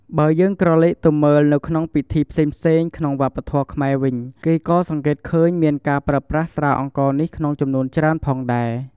បើយើងក្រឡេកទៅមើលនៅក្នុងពិធីផ្សេងៗក្នុងវប្បធម៌ខ្មែរវិញគេក៏សង្កេតឃើញមានការប្រើប្រាស់ស្រាអង្ករនេះក្នុងចំនួនច្រើនផងដែរ។